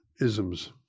isms